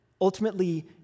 ultimately